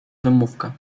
wymówka